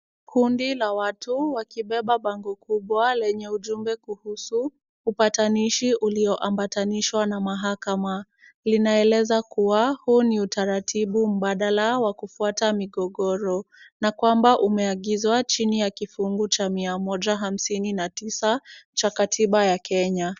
Kundi la watu wakibeba bango kubwa lenye ujumbe kuhusu upatanishi ulioambatanishwa na mahakama. Linaeleza kuwa huu ni utaratibu mbadala wa kufwata migogoro na kwamba umeagizwa chini ya kifungu cha mia moja hamsini na tisa cha katiba ya Kenya.